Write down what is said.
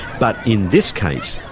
but in this case,